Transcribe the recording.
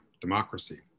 democracy